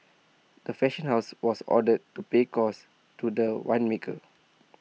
the fashion house was ordered to pay costs to the winemaker